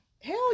Hell